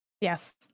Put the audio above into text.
yes